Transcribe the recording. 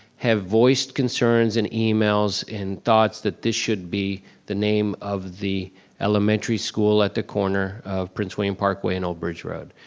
have voiced concerns and emails and thoughts that this should be the name of the elementary school at the corner of prince william parkway and olbridge road,